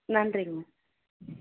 நன்றிங்க மேம்